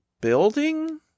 building